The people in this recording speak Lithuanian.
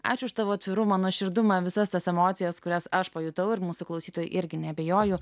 ačiū už tavo atvirumą nuoširdumą visas tas emocijas kurias aš pajutau ir mūsų klausytojai irgi neabejoju